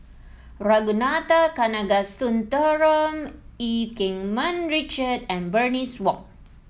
Ragunathar Kanagasuntheram Eu Keng Mun Richard and Bernice Wong